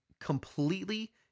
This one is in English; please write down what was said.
completely